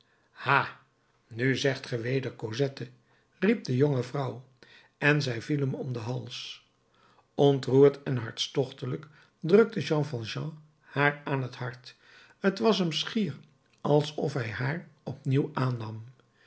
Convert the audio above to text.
ha nu zegt ge weder cosette riep de jonge vrouw en zij viel hem om den hals ontroerd en hartstochtelijk drukte jean valjean haar aan zijn hart t was hem schier alsof hij haar opnieuw aannam